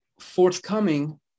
forthcoming